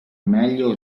meglio